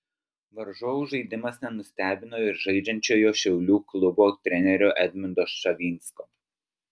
varžovų žaidimas nenustebino ir žaidžiančiojo šiaulių klubo trenerio edmundo ščavinsko